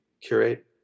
curate